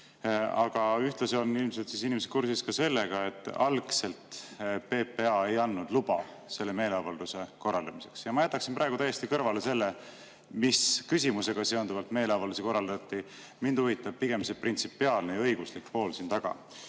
Aga ühtlasi on ilmselt need inimesed kursis ka sellega, et algselt PPA ei andnud luba selle meeleavalduse korraldamiseks. Ma jätaksin praegu täiesti kõrvale selle, mis küsimusega seonduvalt meeleavaldusi korraldati. Mind huvitab pigem printsipiaalne ja õiguslik pool selle taga.